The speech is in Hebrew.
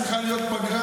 צריכה להיות פגרה,